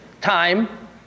time